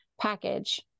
package